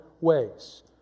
ways